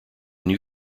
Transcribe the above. new